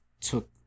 Took